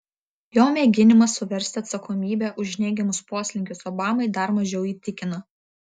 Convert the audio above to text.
jo mėginimas suversti atsakomybę už neigiamus poslinkius obamai dar mažiau įtikina